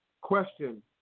question